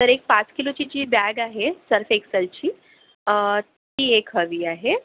तर एक पाच किलोची जी बॅग आहे सर्फ एक्सलची ती एक हवी आहे